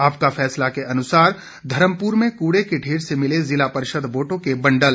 आपका फैसला के अनुसार धर्मपुर में कूड़े के ढेर से मिले जिला परिषद वोटों के बंडल